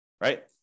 right